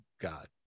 God